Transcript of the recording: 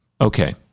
Okay